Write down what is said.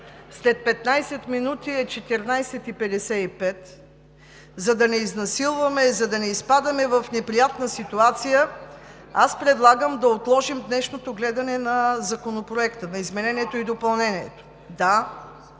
след 15 минути е 13,55 ч., за да не изнасилваме и за да не изпадаме в неприятна ситуация, аз предлагам да отложим днешното гледане на изменението и допълнението на